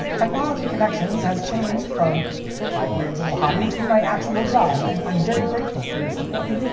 technology connections has changed from my weird little hobby to my actual job! and i'm very grateful for your support.